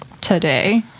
today